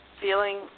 feeling